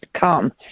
come